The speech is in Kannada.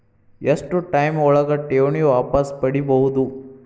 ಎಷ್ಟು ಟೈಮ್ ಒಳಗ ಠೇವಣಿ ವಾಪಸ್ ಪಡಿಬಹುದು?